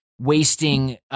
wasting